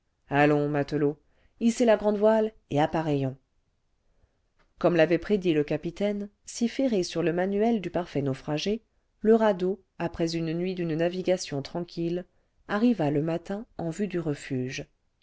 allons matelots hissez la grande voile et appareillons comme l'avait prédit le capitaine si ferré sur le manuel du parfait naufragé le radeau après une nuit d'une navigation tranquille arriva le matin en vue du refuge